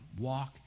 Walk